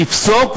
יפסוק,